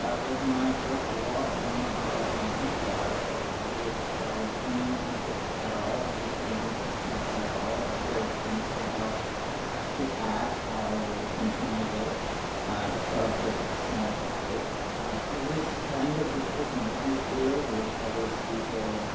was my first vlog let me know how that went if that was any interest at all, anything interesting here at all or if there's anything else to add i'll continue this. i just thought i'd give like a small update it is kind of difficult to make these videos there's always people,